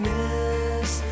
Miss